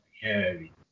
heavy